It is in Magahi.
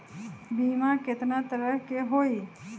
बीमा केतना तरह के होइ?